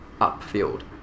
upfield